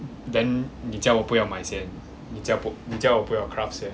then 你叫我不要买先你叫不你叫我不要 craft 先